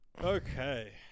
Okay